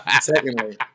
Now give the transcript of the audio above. Secondly